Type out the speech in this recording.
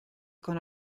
con